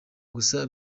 gusa